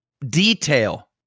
detail